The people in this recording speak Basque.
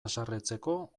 haserretzeko